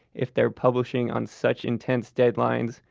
if they're publishing on such intense deadlines,